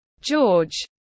George